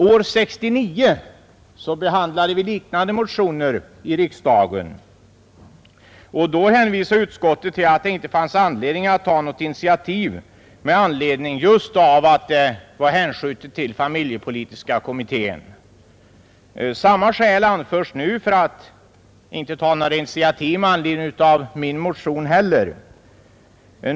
År 1969 behandlade vi liknande motioner i riksdagen, och då hänvisade utskottet till att det inte fanns anledning att ta något initiativ med anledning just av att ärendet var hänskjutet till familjepolitiska kommittén. Samma skäl anförs nu för att inte ta några initiativ med anledning av min motion.